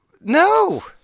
No